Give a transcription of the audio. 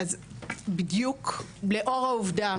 אז בדיוק לאור העובדה,